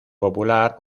popular